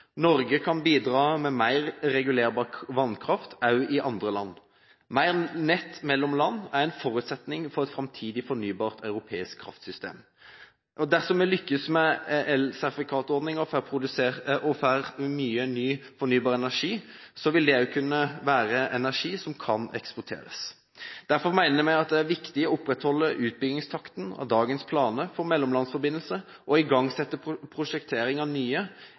Norge kan bidra med mer regulerbar vannkraft også i andre land. Mer nett mellom land er en forutsetning for et framtidig fornybart europeisk kraftsystem. Dersom vi lykkes med elsertifikatordningen og får mye ny fornybar energi, vil det også kunne være energi som kan eksporteres. Derfor mener vi det er viktigere å opprettholde utbyggingstakten av dagens planer for mellomlandsforbindelser og igangsette prosjektering av nye